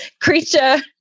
creature